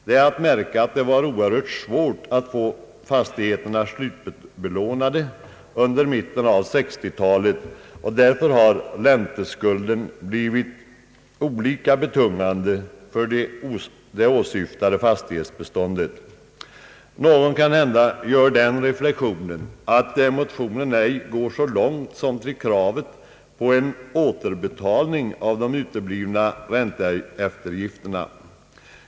Det är att märka att det var oerhört svårt att få fastigheterna slutbelånade under mitten av 1960-talet, och därför har ränteskulden blivit olika betungande för det åsyftade fastighetsbeståndet. Någon gör kanske den reflexionen att motionen ej går så långt som till kravet på en återbetalning av de uteblivna ränteavgifterna.